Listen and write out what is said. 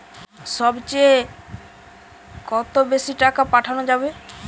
সব চেয়ে কত বেশি টাকা পাঠানো যাবে?